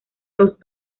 los